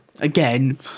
again